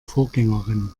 vorgängerin